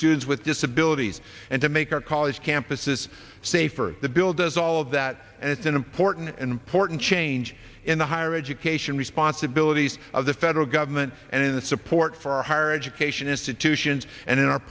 students with disabilities and to make our college campuses safer the bill does all of that and it's an important and important change in the higher education responsibilities of the federal government and in the support for our higher education institutions and in our